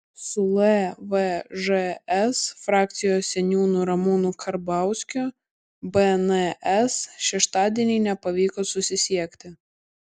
su lvžs frakcijos seniūnu ramūnu karbauskiu bns šeštadienį nepavyko susisiekti